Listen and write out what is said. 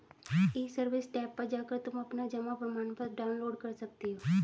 ई service tab पर जाकर तुम अपना जमा प्रमाणपत्र डाउनलोड कर सकती हो